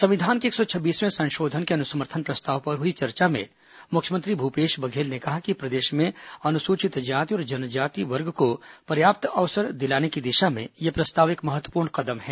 संविधान के एक सौ छब्बीसवें संशोधन के अनुसमर्थन प्रस्ताव पर हुई चर्चा में मुख्यमंत्री भूपेश बघेल ने कहा कि प्रदेश में अनुसूचित जाति और जनजाति वर्ग को पर्याप्त अवसर दिलाने की दिशा में यह प्रस्ताव एक महत्वपूर्ण कदम है